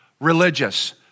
religious